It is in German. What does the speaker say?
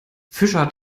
fischer